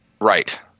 Right